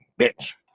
bitch